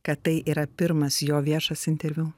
kad tai yra pirmas jo viešas interviu